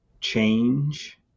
change